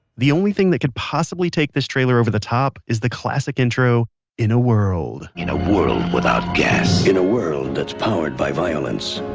the only thing that could possibly take this trailer over the top is the classic intro in a world in a world without gas, in a world that's powered by violence,